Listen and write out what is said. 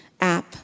app